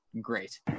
great